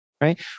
right